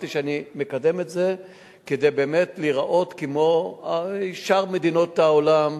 אמרתי שאני מקדם את זה כדי באמת להיראות כמו שאר מדינות העולם,